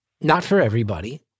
not-for-everybody